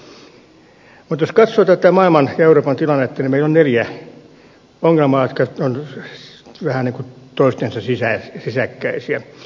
mutta jos katsoo tätä maailman ja euroopan tilannetta niin meillä on neljä ongelmaa jotka ovat vähän niin kuin toistensa sisäkkäisiä